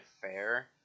fair